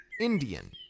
Indian